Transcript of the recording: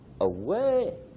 away